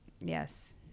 yes